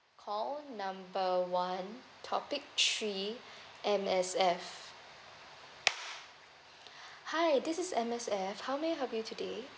call number one topic three M_S_F hi this is M_S_F how may I help you today